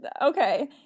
okay